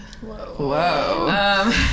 Whoa